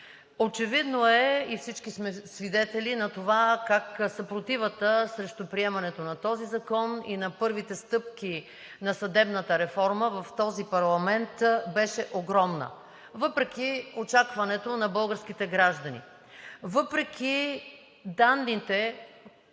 Очевидно е и всички сме свидетели на това как съпротивата срещу приемането на този закон и на първите стъпки на съдебната реформа в този парламент беше огромна, въпреки очакването на българските граждани, въпреки публичните